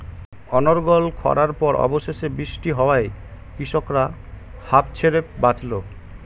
অনর্গল খড়ার পর অবশেষে বৃষ্টি হওয়ায় কৃষকরা হাঁফ ছেড়ে বাঁচল